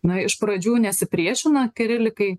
na iš pradžių nesipriešino kirilikai